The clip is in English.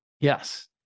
Yes